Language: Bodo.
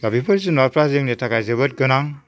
दा बेफोर जुनारफ्रा जोंनि थाखाय जोबोर गोनां